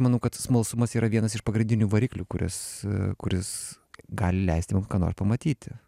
manau kad smalsumas yra vienas iš pagrindinių variklių kuris kuris gali leisti mum ką nors pamatyti